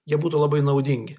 jie būtų labai naudingi